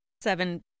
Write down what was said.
Seven